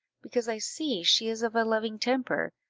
because i see she is of a loving temper,